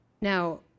Now